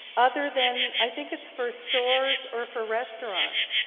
other than i think its first stores or for restaurants.